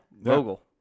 Vogel